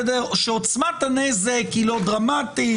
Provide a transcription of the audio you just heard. שעוצמת הנזק היא לא דרמטית,